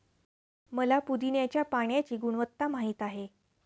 मला पुदीन्याच्या पाण्याची गुणवत्ता माहित आहे